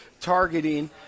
targeting